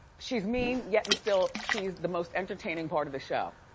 she's mean yet and still she's the most entertaining part of the show.